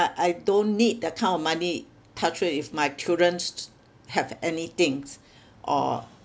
I I don't need that kind of money touch wood if my children have any things or